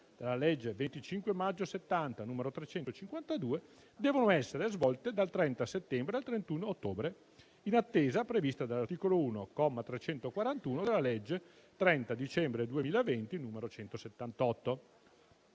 della legge 25 maggio 1970, n. 352, devono essere svolte dal 30 settembre al 31 ottobre, in attesa prevista dall'articolo 1, comma 341, della legge 30 dicembre 2020, n. 178.